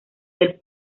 del